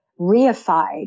reified